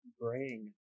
bring